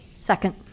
Second